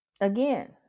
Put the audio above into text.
again